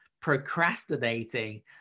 procrastinating